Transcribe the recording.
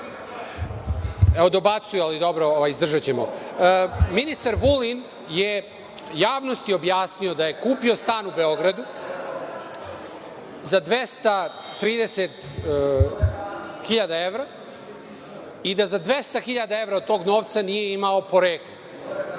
Evo, dobacuju, ali dobro, izdržaćemo. Ministar Vulin je javnosti objasnio da je kupio stan u Beogradu za 230.000 evra i da za 200.000 evra od tog novca nije imao poreklo,